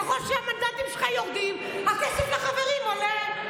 ככל שהמנדטים שלך יורדים, הכסף לחברים עולה.